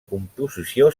composició